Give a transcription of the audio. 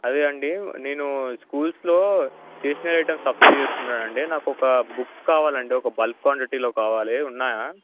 అదే అండి నేను స్కూల్స్లో స్టేషనరీ ఐటమ్స్ సప్లై చేస్తున్నానండి నాకు ఒక బుక్స్ కావాలండి ఒక బల్క్ క్వాంటిటీలో కావాలి ఉన్నాయా